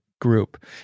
group